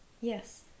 Yes